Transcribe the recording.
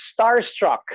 starstruck